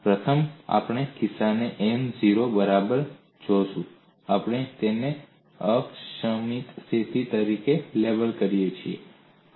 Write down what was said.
પ્રથમ આપણે કિસ્સો n ને 0 ની બરાબર જોયો આપણે તેને એક અક્ષમિતિ સ્થિતિ તરીકે લેબલ કરીએ છીએ